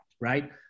right